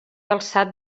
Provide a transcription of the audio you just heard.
alçat